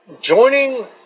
Joining